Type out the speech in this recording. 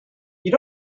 you